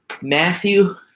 Matthew